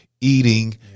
eating